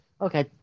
Okay